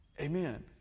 Amen